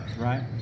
right